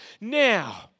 now